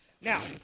Now